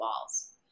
walls